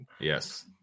yes